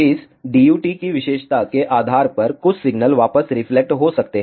इस DUT की विशेषता के आधार पर कुछ सिग्नल वापस रिफ्लेक्ट हो सकते हैं